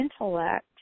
intellect